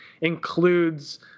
includes